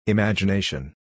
Imagination